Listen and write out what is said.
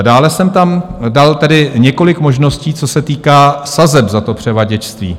Dále jsem tam dal několik možností, co se týká sazeb za převaděčství.